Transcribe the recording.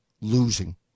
losing